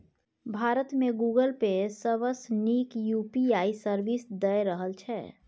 भारत मे Google pay सबसँ नीक यु.पी.आइ सर्विस दए रहल छै